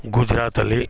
ಗುಜ್ರಾತಲ್ಲಿ